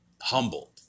humbled